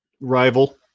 rival